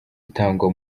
itangwa